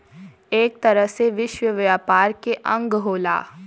एक तरह से विश्व व्यापार के अंग होला